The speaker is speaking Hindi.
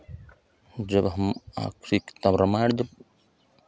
जब हम आखिरी किताब रामायण जब